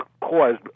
caused